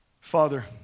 Father